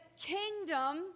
kingdom